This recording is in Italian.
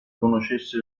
conoscesse